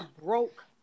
broke